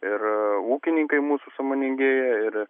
ir ūkininkai mūsų sąmoningėja ir